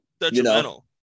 detrimental